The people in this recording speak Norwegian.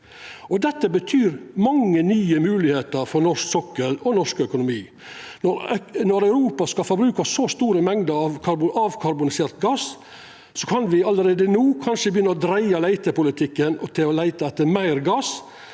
Dette betyr mange nye moglegheiter for norsk sokkel og norsk økonomi. Når Europa skal forbruka så store mengder avkarbonisert gass, kan me allereie no kanskje begynna å dreia leitepolitikken til å leita etter meir gass.